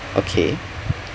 okay